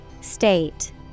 State